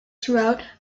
throughout